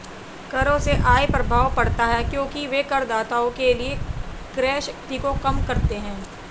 करों से आय प्रभाव पड़ता है क्योंकि वे करदाताओं के लिए क्रय शक्ति को कम करते हैं